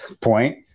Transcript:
point